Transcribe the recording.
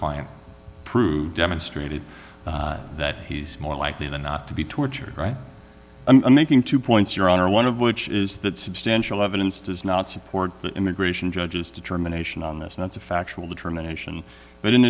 client proved demonstrated that he's more likely than not to be tortured right and making two points your honor one of which is that substantial evidence does not support the immigration judges determination on this and it's a factual determination but in